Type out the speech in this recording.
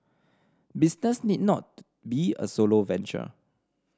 business need not be a solo venture